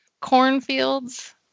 Cornfields